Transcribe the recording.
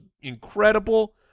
incredible